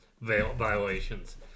violations